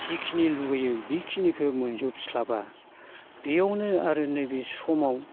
जिखिनि लुबैयो बिखिनिखो मोनजोबस्लाबा बेयावनो आरो नैबे समाव